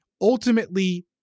Ultimately